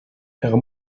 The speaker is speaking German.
herr